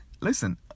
Listen